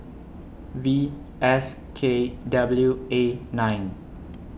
V S K W A nine